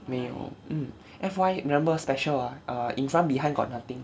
没有 mm F Y remember special ah in front behind got nothing